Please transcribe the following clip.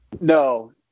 No